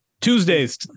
Tuesdays